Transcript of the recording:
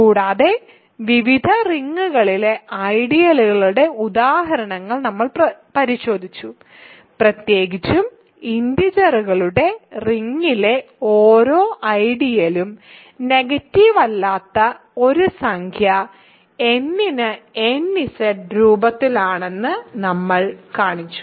കൂടാതെ വിവിധ റിങ്ങുകളിലെ ഐഡിയലുകളുടെ ഉദാഹരണങ്ങൾ നമ്മൾ പരിശോധിച്ചു പ്രത്യേകിച്ചും ഇന്റിജെർകളുടെ റിങ്ങിലെ ഓരോ ഐഡിയലും നെഗറ്റീവ് അല്ലാത്ത ഒരു സംഖ്യ n ന് nZ രൂപത്തിലാണെന്ന് നമ്മൾ കാണിച്ചു